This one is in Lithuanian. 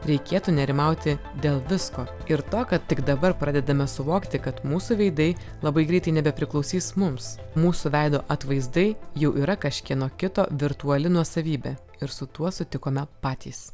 reikėtų nerimauti dėl visko ir to kad tik dabar pradedame suvokti kad mūsų veidai labai greitai nebepriklausys mums mūsų veido atvaizdai jau yra kažkieno kito virtuali nuosavybė ir su tuo sutikome patys